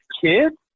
kids